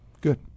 Good